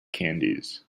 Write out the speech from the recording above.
candies